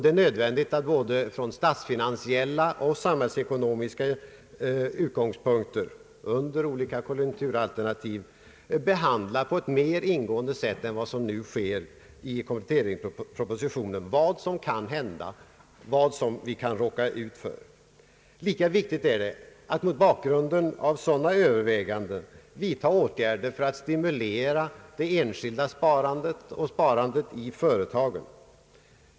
Det är nödvändigt att, under olika konjunkturalternativ, både från statsfinansiella och samhällsekonomiska utgångspunkter på ett mer ingående sätt än nu — i kompletteringspropositionen — behandla vad som kan hända, vad vi kan råka ut för. Lika viktigt är det att man, mot bakgrunden av sådana överväganden, vidtar åtgärder för att stimulera det enskilda sparandet och sparandet i företagen.